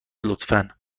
لطفا